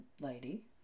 lady